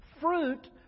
Fruit